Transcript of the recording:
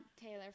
Taylor